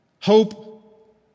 Hope